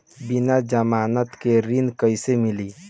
बिना जमानत के ऋण कैसे मिली?